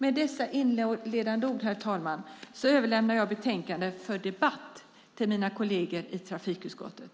Med dessa inledande ord överlämnar jag betänkandet för debatt till mina kolleger i trafikutskottet.